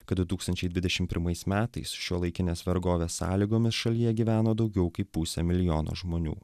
kad du tūkstančiai dvidešim pirmais metais šiuolaikinės vergovės sąlygomis šalyje gyveno daugiau kaip pusę milijono žmonių